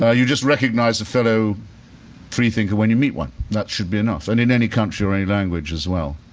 ah you just recognize a fellow free-thinker when you meet one. that should be enough. and in any country or any language as well.